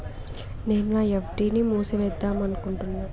నేను నా ఎఫ్.డి ని మూసివేద్దాంనుకుంటున్న